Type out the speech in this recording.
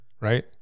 right